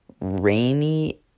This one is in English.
rainy